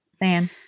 man